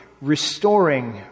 restoring